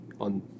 on